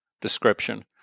description